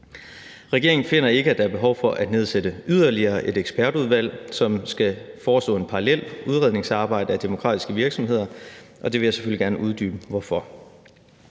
Regeringen finder ikke, at der er behov for at nedsætte yderligere et ekspertudvalg, som skal forestå et parallelt udredningsarbejde af demokratiske virksomheder, og jeg vil selvfølgelig gerne uddybe hvorfor.